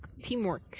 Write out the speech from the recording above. teamwork